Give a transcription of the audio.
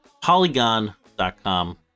Polygon.com